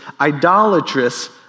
idolatrous